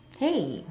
hey